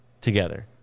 together